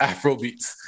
Afrobeats